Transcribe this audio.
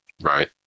Right